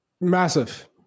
Massive